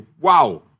wow